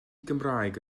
gymraeg